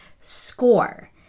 Score